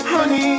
Honey